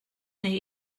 neu